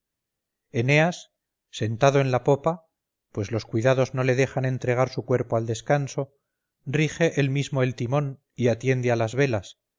eneas sentado en la popa pues los cuidados no le dejan entregar su cuerpo al descanso rige él mismo el timón y atiende a las velas